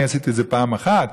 אני עשיתי את זה פעם אחת.